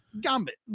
Gambit